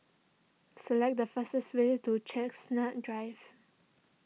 select the fastest way to Chestnut Drive